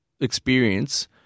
experience